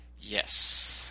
Yes